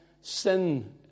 sin